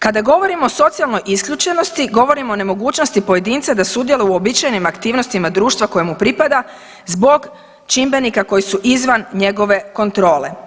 Kada govorimo o socijalnoj isključenosti govorim o nemogućnosti pojedinca da sudjeluje u uobičajenim aktivnostima društva koje mu pripada zbog čimbenika koji su izvan njegove kontrole.